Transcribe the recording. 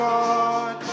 God